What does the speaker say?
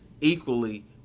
equally